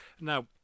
Now